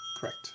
Correct